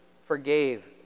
forgave